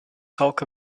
talk